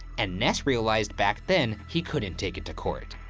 and ness realized back then, he couldn't take it to court.